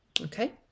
okay